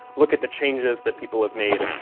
look at the changes that people have made,